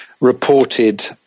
reported